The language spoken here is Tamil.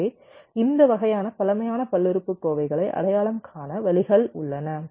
எனவே இந்த வகையான பழமையான பல்லுறுப்புக்கோவைகளை அடையாளம் காண வழிகள் உள்ளன